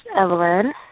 Evelyn